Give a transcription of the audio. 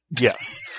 Yes